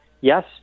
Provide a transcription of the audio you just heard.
Yes